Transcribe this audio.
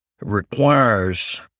requires